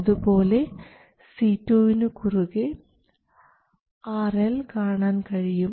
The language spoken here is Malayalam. അതുപോലെ C2 നു കുറുകെ RL കാണാൻ കഴിയും